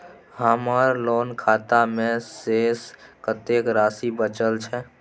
हमर लोन खाता मे शेस कत्ते राशि बचल छै?